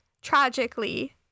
tragically